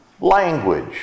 language